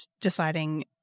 deciding